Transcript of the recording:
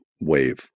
wave